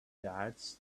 starts